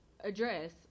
address